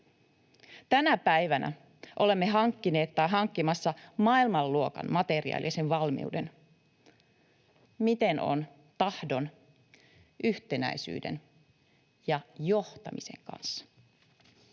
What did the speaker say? Tänä päivänä olemme hankkineet tai hankkimassa maailmanluokan materiaalisen valmiuden. Miten on tahdon, yhtenäisyyden ja johtamisen kanssa?